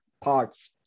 parts